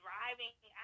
driving